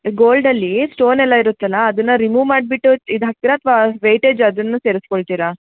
ಗೋಲ್ಡಲ್ಲಿ ಸ್ಟೋನೆಲ್ಲ ಇರುತ್ತಲ್ಲ ಅದನ್ನು ರಿಮೂವ್ ಮಾಡಿಬಿಟ್ಟು ಇದು ಹಾಕ್ತೀರಾ ಅಥ್ವಾ ವೈಟೇಜ್ ಅದನ್ನೂ ಸೇರಿಸ್ಕೊಳ್ತೀರಾ